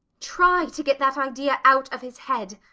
try to get that idea out of his head.